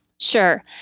Sure